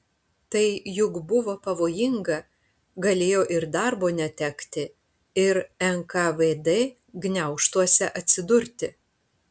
tai juk buvo pavojinga galėjo ir darbo netekti ir nkvd gniaužtuose atsidurti